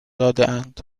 دادهاند